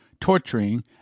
torturing